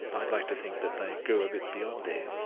but i'd like to think that they grew a bit beyond there.